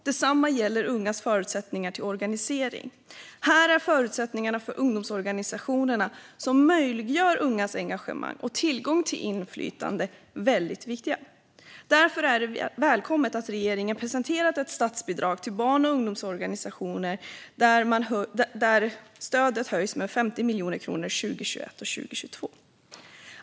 Detsamma gäller ungas förutsättningar för organisering. Här är förutsättningarna för ungdomsorganisationerna, som möjliggör ungas engagemang och ger tillgång till inflytande, väldigt viktiga. Därför är det välkommet att regeringen presenterat att statsbidraget till barn och ungdomsorganisationer höjs med 50 miljoner kronor 2021 och 2022.